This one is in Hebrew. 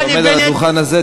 כשאתה עומד על הדוכן הזה,